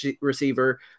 receiver